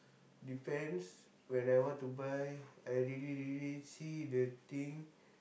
depends when I want to buy I really really see the thing